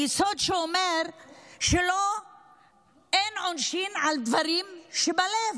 היסוד שאומר שאין עונשים על דברים שבלב.